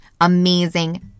amazing